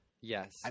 Yes